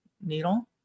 needle